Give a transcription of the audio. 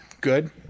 good